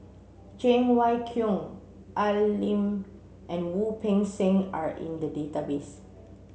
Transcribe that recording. Cheng Wai Keung Al Lim and Wu Peng Seng are in the database